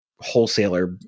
wholesaler